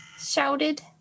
Shouted